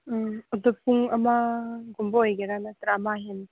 ꯎꯝ ꯑꯗꯨ ꯄꯨꯡ ꯑꯃꯒꯨꯝꯕ ꯑꯣꯏꯒꯦꯔꯥ ꯅꯠꯇ꯭ꯔ ꯑꯃ ꯍꯦꯟꯅ